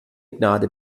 gnade